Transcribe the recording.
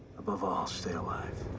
above all stay alive.